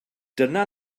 dyna